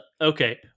okay